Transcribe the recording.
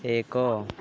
ଏକ